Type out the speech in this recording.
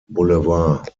boulevard